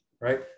right